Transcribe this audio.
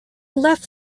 left